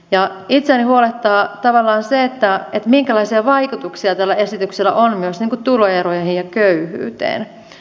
ja itseäni huolettaa se minkälaisia vaikutuksia tällä esityksellä on myös tuloeroihin ja köyhyyteen